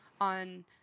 on –